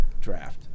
draft